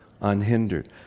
unhindered